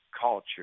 culture